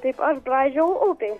taip aš braidžiojau upėj